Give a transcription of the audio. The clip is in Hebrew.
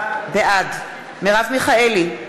בעד מרב מיכאלי,